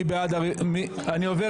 אני עובר